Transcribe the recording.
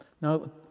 Now